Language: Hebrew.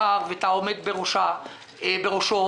על ידי רופאים,